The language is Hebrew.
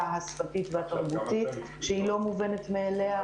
השפתית והתרבותית שהיא לא מובנת מאליה.